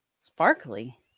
Sparkly